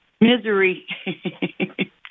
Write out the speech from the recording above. Misery